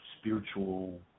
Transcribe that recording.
spiritual